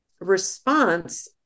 response